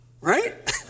right